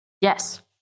Yes